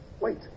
Wait